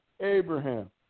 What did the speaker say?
Abraham